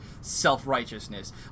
self-righteousness